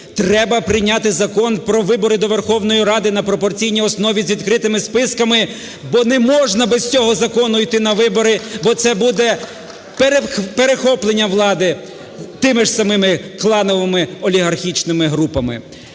Треба прийняти Закон про вибори до Верховної Ради на пропорційній основі з відкритими списками, бо не можна без цього закону іти на вибори, бо це буде перехоплення влади тими ж самими клановими олігархічними групами.